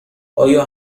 آیا